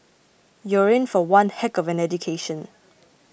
you're in for one heck of an education